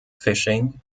fishing